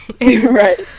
Right